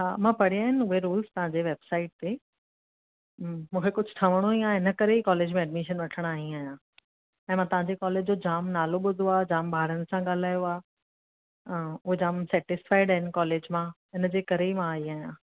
हां मां पढ़ियां आहिनि उहे रुल्स तव्हांजी वेबसाइट ते हम्म मूंखे कुझु ठहणो ई आहे इन करे ई कॉलेज में एडिमिशन वठणु आई आहियां ऐं मां तव्हांजे कॉलेज जो जाम नालो ॿुधो आहे जाम ॿारनि सां ॻाल्हियो आहे हां उहे जाम सेटिस्फाईड आहिनि कॉलेज मां हिनजे करे ई मां आई आहियां